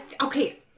Okay